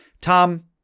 Tom